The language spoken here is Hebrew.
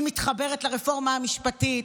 היא מתחברת לרפורמה המשפטית,